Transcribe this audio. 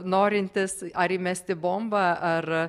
norintis ar įmesti bombą ar